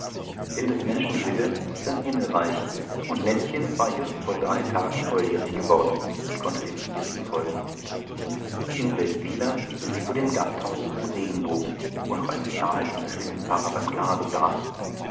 denn des menschen wille ist sein himmelreich und nettchen war just vor drei tagen volljährig geworden und konnte dem ihrigen folgen in seldwyla hielten sie vor dem gasthause zum regenbogen wo noch eine zahl jener schlittenfahrer beim glase saß